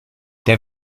der